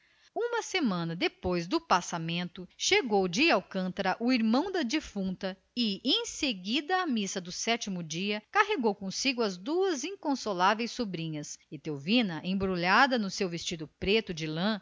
uma semana depois do passamento chegara de alcântara um irmão da defunta e em seguida à missa do sétimo dia carregou consigo as duas inconsoláveis sobrinhas etelvina embrulhada no seu vestido preto de lã